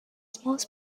smallest